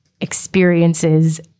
experiences